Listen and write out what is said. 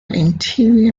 interior